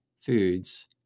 Foods